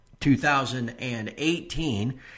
2018